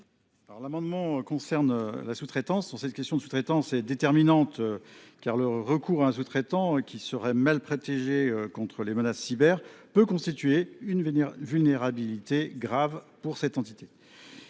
l’avis de la commission spéciale ? La question de la sous traitance est déterminante, car le recours à un sous traitant qui serait mal protégé contre les menaces cyber peut constituer une vulnérabilité grave pour une entité.